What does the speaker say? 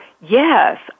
yes